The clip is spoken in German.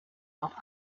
auch